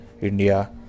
india